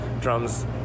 drums